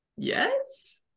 Yes